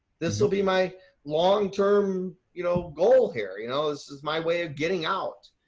this will be my long-term you know goal here. you know, this is my way of getting out,